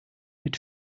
mit